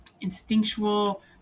instinctual